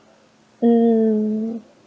mm